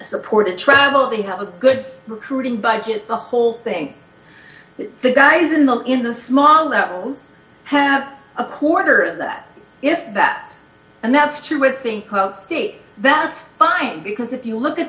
support to travel they have a good recruiting budget the whole thing the guys in the in the small levels have a quarter that if that and that's true with think about state that's fine because if you look at